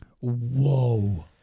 Whoa